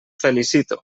felicito